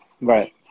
Right